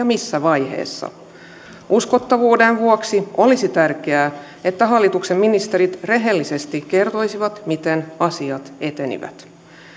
missä vaiheessa uskottavuuden vuoksi olisi tärkeää että hallituksen ministerit rehellisesti kertoisivat miten asiat etenivät